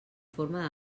forma